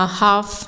half